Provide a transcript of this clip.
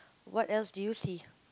what else do you see